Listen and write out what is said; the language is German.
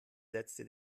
letzte